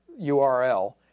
URL